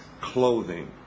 clothing